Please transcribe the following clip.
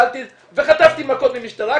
וחטפתי מכות ממשטרה,